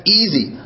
easy